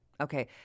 Okay